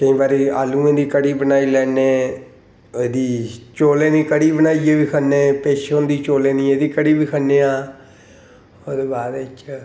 केईं बारी आलू दी कढ़ी बनाई लैन्ने ओह्दी चौलें दी कढ़ी बनाई बी खन्ने पिच्छ होंदी चौलें दी जेह्ड़ी एह्दी कढ़ी बी खन्ने आं ओह्दे बाद च